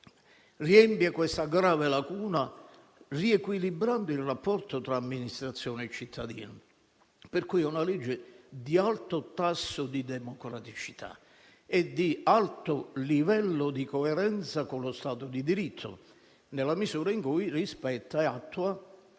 riempie questa grave lacuna, riequilibrando il rapporto tra amministrazione e cittadini, con una norma ad alto tasso di democraticità e ad alto livello di coerenza con lo stato di diritto, nella misura in cui rispetta e attua